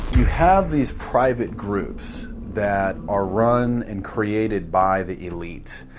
you have these private groups, that are run and created by the elite,